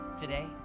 today